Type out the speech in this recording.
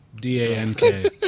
D-A-N-K